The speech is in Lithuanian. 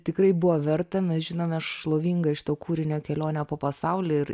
tikrai buvo verta mes žinome šlovingą šito kūrinio kelionę po pasaulį ir